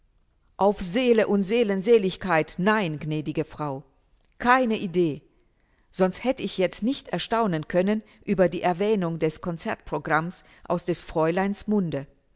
auf seele und seelen seligkeit nein gnädige frau keine idee sonst hätt ich jetzt nicht erstaunen können über die erwähnung des concertprogramms aus des fräuleins munde